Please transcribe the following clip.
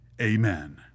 amen